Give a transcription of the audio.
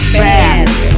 fast